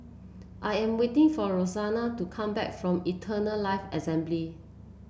I am waiting for Rosella to come back from Eternal Life Assembly